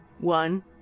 One